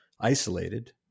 isolated